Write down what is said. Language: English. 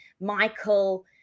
Michael